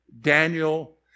Daniel